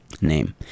name